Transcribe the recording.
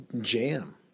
jam